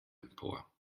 empor